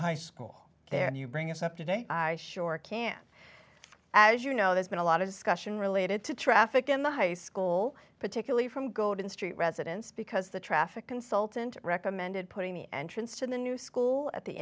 high school there and you bring us up today i sure can as you know there's been a lot of discussion related to traffic in the high school particularly from golden st residents because the traffic consultant recommended putting the entrance to the new school at the